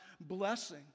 blessing